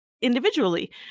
individually